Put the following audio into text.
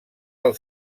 del